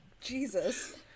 jesus